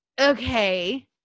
Okay